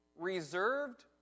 reserved